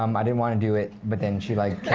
um i didn't want to do it, but then she like